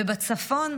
ובצפון,